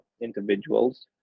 individuals